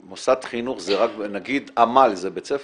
נגיד עמל זה בית ספר?